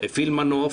הפעיל מנוף